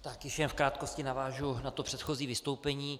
Tak již jen v krátkosti navážu na předchozí vystoupení.